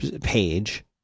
page